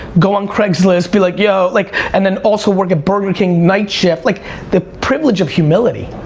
go on craigslist, be like, yo, like and then also work a burger king night shift. like the privilege of humility.